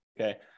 okay